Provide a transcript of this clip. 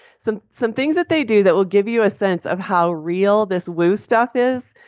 some some things that they do that will give you a sense of how real this woo stuff is,